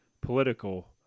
political